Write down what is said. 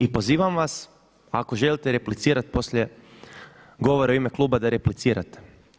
I pozivam vas ako želite replicirati poslije govora u ime kluba da replicirate.